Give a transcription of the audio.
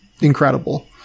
incredible